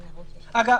למעשה,